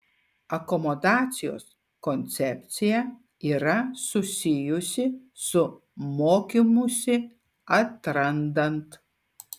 akomodacijos koncepcija yra susijusi su mokymusi atrandant